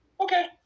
Okay